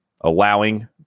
allowing